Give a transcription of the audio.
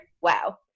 wow